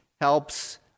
helps